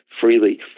freely